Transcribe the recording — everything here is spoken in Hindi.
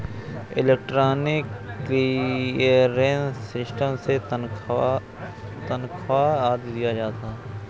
इलेक्ट्रॉनिक क्लीयरेंस सिस्टम से तनख्वा आदि दिया जाता है